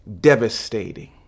devastating